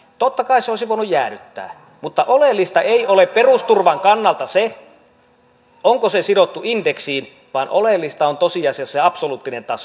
totta kai sen olisi voinut jäädyttää mutta oleellista ei ole perusturvan kannalta se onko se sidottu indeksiin vaan oleellista on tosiasiassa se absoluuttinen taso